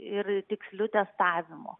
ir tiksliu testavimu